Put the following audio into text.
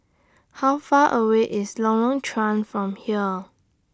How Far away IS Lorong Chuan from here